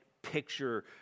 picture